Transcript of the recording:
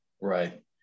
Right